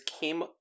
came